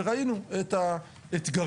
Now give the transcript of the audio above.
וראינו את האתגרים,